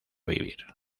vivir